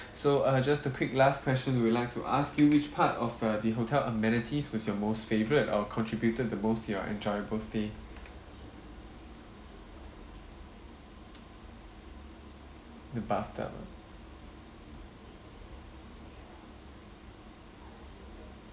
so uh just a quick last question we'd like to ask you which part of uh the hotel amenities was your most favourite or contributed the most to your enjoyable stay the bath tub ah